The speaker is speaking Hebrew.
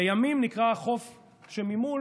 לימים נקרא החוף שממול